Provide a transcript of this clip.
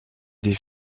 des